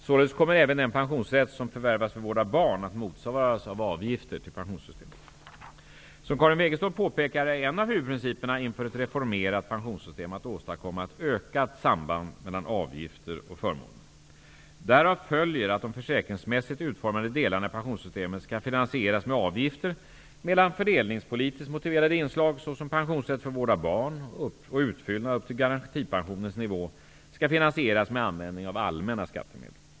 Således kommer även den pensionsrätt som förvärvas för vård av barn att motsvaras av avgifter till pensionssystemet. Som Karin Wegestål påpekar är en av huvudprinciperna inför ett reformerat pensionssystem att åstadkomma ett ökat samband mellan avgifter och förmåner. Därav följer att de försäkringsmässigt utformade delarna i pensionssystemet skall finansieras med avgifter medan fördelningspolitiskt motiverade inslag såsom pensionsrätt för vård av barn och utfyllnad upp till garantipensionens nivå skall finansieras med användning av allmänna skattemedel.